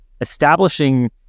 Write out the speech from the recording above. establishing